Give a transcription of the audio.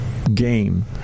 Game